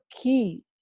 key